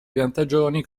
piantagioni